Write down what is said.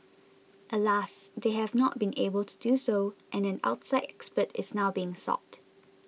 alas they have not been able to do so and an outside expert is now being sought